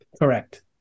Correct